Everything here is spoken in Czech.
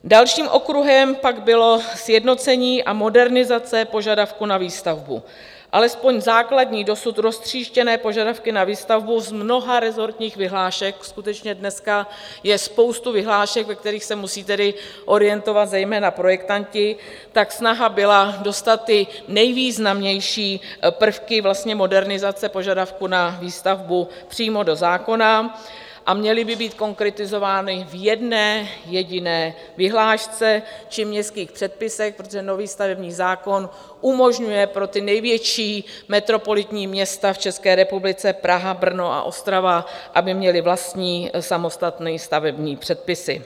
Dalším okruhem pak bylo sjednocení a modernizace požadavku na výstavbu, alespoň základní, dosud roztříštěné požadavky na výstavbu z mnoha rezortních vyhlášek skutečně dneska je spousta vyhlášek, ve kterých se musí orientovat zejména projektanti, tak snaha byla dostat ty nejvýznamnější prvky modernizace požadavků na výstavbu přímo do zákona a měly by být konkretizovány v jedné jediné vyhlášce či městských předpisech, protože nový stavební zákon umožňuje pro největší metropolitní města v České republice Praha, Brno a Ostrava aby měly vlastní samostatné stavební předpisy.